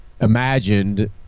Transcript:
imagined